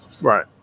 Right